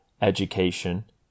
education